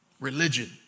Religion